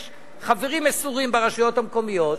יש חברים מסורים ברשויות המקומיות,